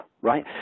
right